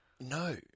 No